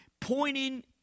pointing